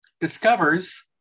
discovers